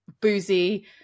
boozy